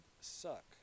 Suck